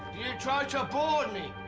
tried to abort me!